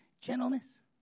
Gentleness